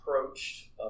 approached